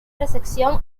recepción